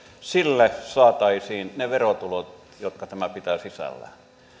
saataisiin ne verotulot jotka tämä pitää sisällään